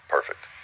Perfect